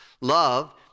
Love